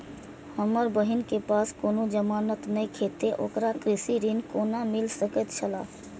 हमर बहिन के पास कोनो जमानत नेखे ते ओकरा कृषि ऋण कोना मिल सकेत छला?